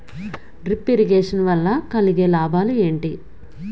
Drip irrigation వల్ల కలిగే లాభాలు ఏంటి?